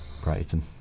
Brighton